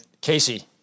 Casey